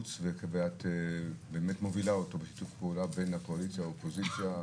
נחוץ ואת באמת מובילה אותו בשיתוף פעולה בין האופוזיציה והקואליציה.